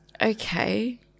okay